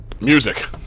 Music